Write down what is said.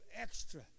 extra